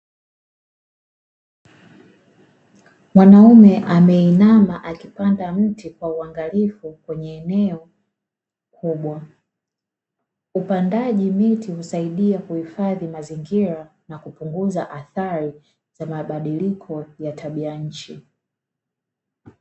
Mwanaume ameinama akipanda mti kwa uangalifu kwenye eneo kubwa, upandaji miti husaidia kuhifadhi mazingira na kupunguza athari za mabadiliko ya tabia ya nchi.